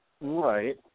Right